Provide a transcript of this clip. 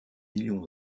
millions